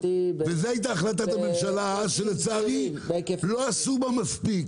וזו הייתה החלטת הממשלה אז שלצערי לא עשו בה מספיק.